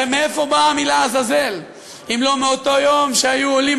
הרי מאיפה באה המילה עזאזל אם לא מאותו יום שהיו עולים